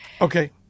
Okay